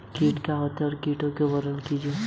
कीट क्या होता है कृषि में कीटों का वर्णन कीजिए?